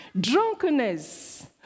drunkenness